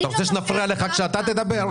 אתה רוצה שנפריע לך כשאתה תדבר?